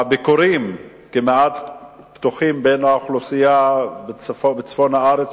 שהביקורים כמעט פתוחים בקרב האוכלוסייה בצפון הארץ,